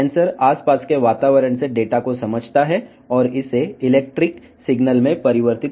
censor చుట్టుపక్కల పర్యావరణం నుండి డేటాను గ్రహించి దానిని విద్యుత్ సంకేతాలుగా మారుస్తుంది